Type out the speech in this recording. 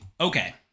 Okay